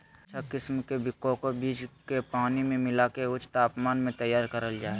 अच्छा किसम के कोको बीज के पानी मे मिला के ऊंच तापमान मे तैयार करल जा हय